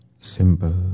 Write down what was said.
simple